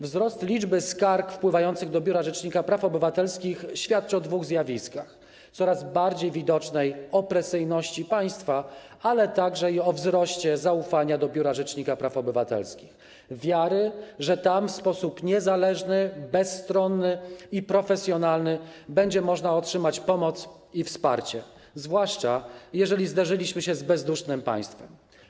Wzrost liczby skarg wpływających do Biura Rzecznika Praw Obywatelskich świadczy o dwóch zjawiskach: coraz bardziej widocznej opresyjności państwa, ale także o wzroście zaufania do Biura Rzecznika Praw Obywatelskich, wiary, że tam w sposób niezależny, bezstronny i profesjonalny będzie można otrzymać pomoc i wsparcie, zwłaszcza jeżeli zderzyliśmy się z bezdusznym państwem.